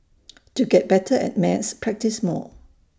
to get better at maths practise more